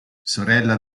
sorella